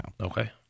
Okay